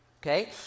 Okay